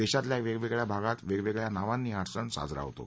देशातल्या वेगवेगळया भागात वेगवेगळया नावांनी हा सण साजरा होतो